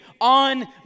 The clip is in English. on